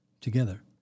Together